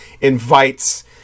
invites